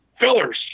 fillers